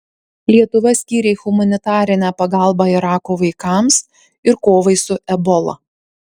lietuva skyrė humanitarinę pagalbą irako vaikams ir kovai su ebola